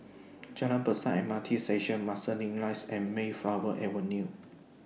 Jalan Besar M R T Station Marsiling Rise and Mayflower Avenue